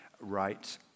right